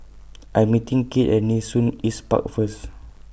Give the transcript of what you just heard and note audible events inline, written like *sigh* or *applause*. *noise* I Am meeting Cade At Nee Soon East Park First